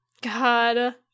God